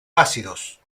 ácidos